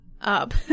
up